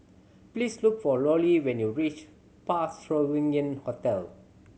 please look for Lollie when you reach Parc Sovereign Hotel